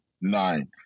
nine